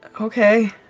Okay